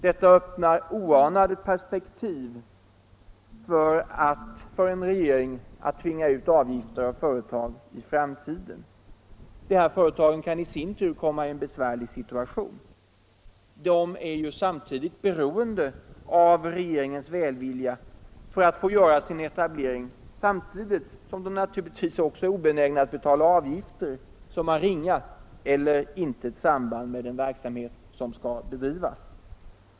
Detta öppnar oanade perspektiv för regeringen när det gäller att tvinga ut avgifter av företag i framtiden. De här företagen kan i sin tur komma i en besvärlig situation. De är beroende av regeringens välvilja för att få göra sina etableringar samtidigt som de naturligtvis också är obenägna att betala avgifter som har ringa eller intet samband med den verksamhet som skall bedrivas.